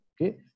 Okay